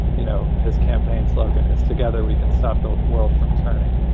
you know, his campaign slogan is together we can stop the world from turning.